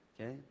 okay